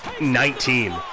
Nineteen